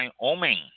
Wyoming